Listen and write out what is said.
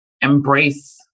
embrace